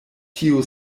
tiu